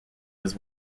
was